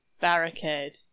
barricade